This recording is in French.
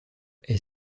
est